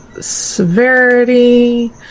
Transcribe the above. severity